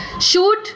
Shoot